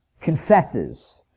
confesses